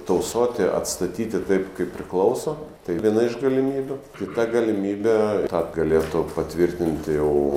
tausoti atstatyti taip kaip priklauso tai viena iš galimybių kita galimybė tą galėtų patvirtinti jau